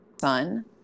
son